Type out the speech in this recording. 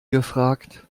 gefragt